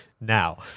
now